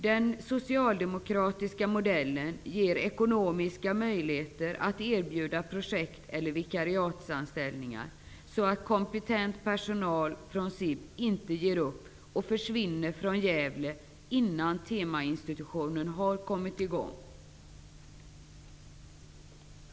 Den socialdemokratiska modellen ger ekonomiska möjligheter att erbjuda projekt eller vikariatsanställningar, så att kompetent personal från SIB inte ger upp och flyttar från Gävle innan verksamheten på temainstitutionen har kommit i gång.